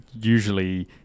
Usually